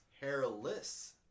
hairless